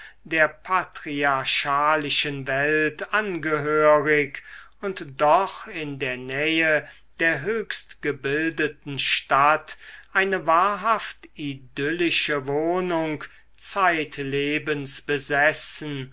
der patriarchalischen welt angehörig und doch in der nähe der höchst gebildeten stadt eine wahrhaft idyllische wohnung zeitlebens besessen